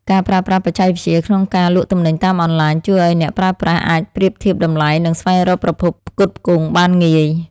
ការប្រើប្រាស់បច្ចេកវិទ្យាក្នុងការលក់ទំនិញតាមអនឡាញ ជួយឱ្យអ្នកប្រើប្រាស់អាចប្រៀបធៀបតម្លៃ និងស្វែងរកប្រភពផ្គត់ផ្គង់បានងាយ។